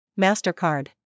Mastercard